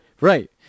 Right